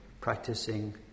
practicing